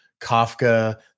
Kafka